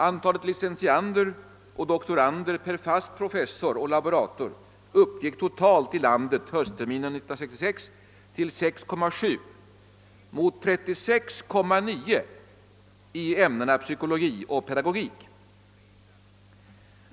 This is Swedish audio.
Antalet licentiander och doktorander per fast professor och laborator uppgick totalt i landet höstterminen 1966 till 6,7 mot 36,9 i ämnena psykologi och pedagogik.